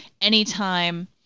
anytime